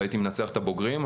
והייתי מנצח את הבוגרים,